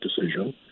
decision